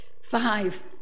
five